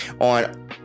on